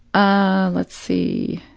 ah, let's see.